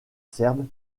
serbe